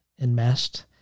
enmeshed